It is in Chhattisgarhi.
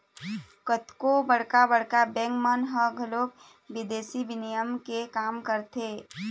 कतको बड़का बड़का बेंक मन ह घलोक बिदेसी बिनिमय के काम करथे